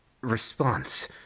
response